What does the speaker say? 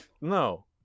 No